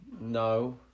no